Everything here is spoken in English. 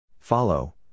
Follow